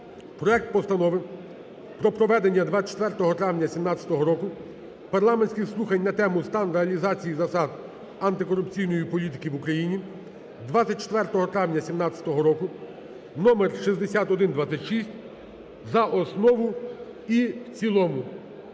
проект Постанови про проведення 24 травня 2017 року парламентських слухань на тему "Стан реалізації засад антикорупційної політики в Україні" 24 травня 2017 року (номер 6126) за основу і в цілому.